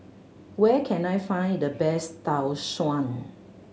where can I find the best Tau Suan